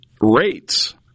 rates